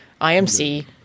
IMC